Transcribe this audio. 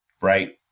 right